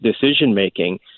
decision-making